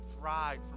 fried